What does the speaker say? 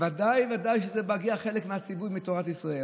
ודאי שחלק מהציווי מגיע מתורת ישראל.